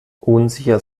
unsicher